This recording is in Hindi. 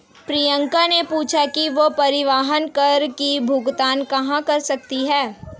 प्रियंका ने पूछा कि वह परिवहन कर की भुगतान कहाँ कर सकती है?